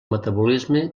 metabolisme